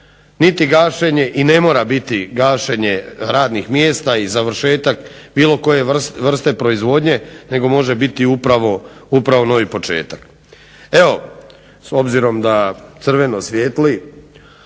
niti gašenje i ne mora biti gašenje radnih mjesta i završetak bilo koje vrste proizvodnje nego može biti upravo novi početak. Evo s obzirom da crveno svijetli